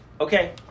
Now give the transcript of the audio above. okay